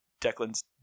Declan's